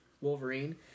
Wolverine